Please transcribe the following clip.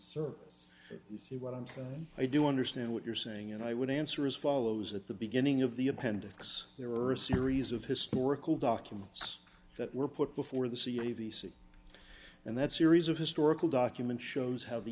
if you see what i'm certain i do understand what you're saying and i would answer as follows at the beginning of the appendix there are a series of historical documents that were put before the c b c and that series of historical documents shows how the